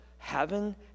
heaven